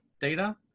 data